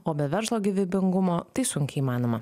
o be verslo gyvybingumo tai sunkiai įmanoma